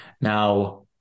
Now